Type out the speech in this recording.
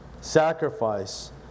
sacrifice